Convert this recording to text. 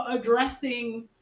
addressing